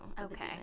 okay